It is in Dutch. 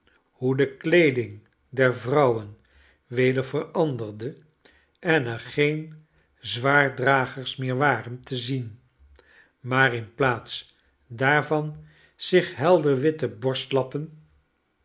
hoe de kleeding der vrouwen weder veranderde en er geen zwaarddragers meer waren te zien maar in plaats daar van zich helderwltte